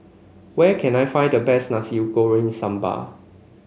where can I find the best Nasi Goreng Sambal